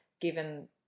given